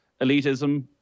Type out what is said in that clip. elitism